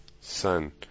Son